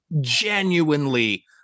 genuinely